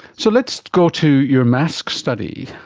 so let's go to your masks study,